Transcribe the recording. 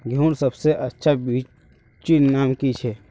गेहूँर सबसे अच्छा बिच्चीर नाम की छे?